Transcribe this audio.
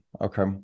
okay